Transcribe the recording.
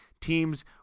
teams